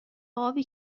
آبی